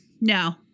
No